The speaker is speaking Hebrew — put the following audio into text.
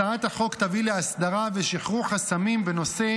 הצעת החוק תביא להסדרה ולשחרור חסמים בנושא